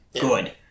good